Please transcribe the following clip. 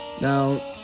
Now